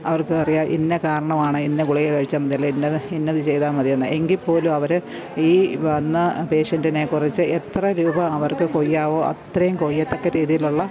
അവര്ക്ക് അറിയാം ഇന്ന കാരണമാണ് ഇന്ന ഗുളിക കഴിച്ചാൽമതി അല്ലേ ഇന്നത് ഇന്നത് ചെയ്താൽ മതിയെന്ന് എങ്കിൽപ്പോലും അവർ ഈ വന്ന പേഷ്യന്റിനെക്കുറിച്ച് എത്ര രൂപ അവര്ക്ക് കൊയ്യാമോ അത്രയും കൊയ്യത്തക്ക രീതിയിലുള്ള